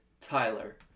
Tyler